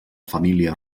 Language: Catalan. família